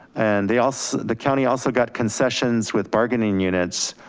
and they also, the county also got concessions with bargaining units,